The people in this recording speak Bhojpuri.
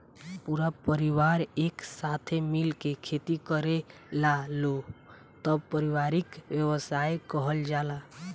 पूरा परिवार एक साथे मिल के खेती करेलालो तब पारिवारिक व्यवसाय कहल जाला